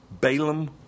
Balaam